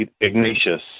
Ignatius